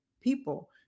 people